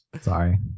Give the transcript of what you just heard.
Sorry